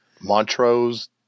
Montrose